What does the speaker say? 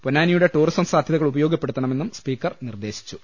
പൊന്നാനി യുടെ ടൂറിസം സാധ്യതകൾ ഉപയോഗപ്പെടുത്തണമെന്നും സ്പീക്കർ നിർദേശിച്ചു